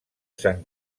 sant